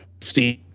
Steve